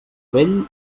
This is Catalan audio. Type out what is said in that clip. vell